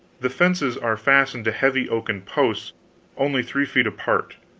the fences are fastened to heavy oaken posts only three feet apart,